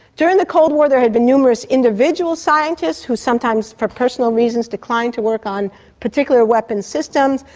during the cold war there had been numerous individual scientists who sometimes for personal reasons declined to work on particular weapon systems,